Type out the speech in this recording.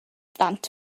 ddant